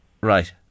Right